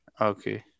Okay